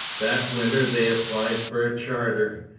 that winter they applied for a charter,